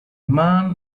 man